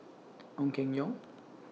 Ong Keng Yong